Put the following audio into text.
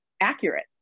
accurate